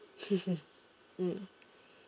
mm